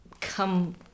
Come